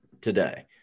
today